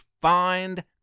find